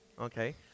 Okay